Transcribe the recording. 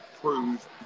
prove